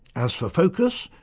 as for focus,